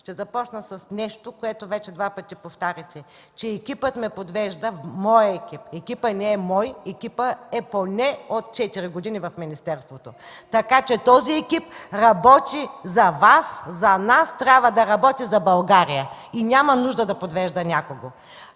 ще започна с нещо, което вече два пъти повтаряте, че екипът ме подвежда – моят екип! Екипът не е мой, екипът е поне от четири години в министерството. Така че този екип работи за Вас, за нас, трябва да работи за България и няма нужда да подвежда някого.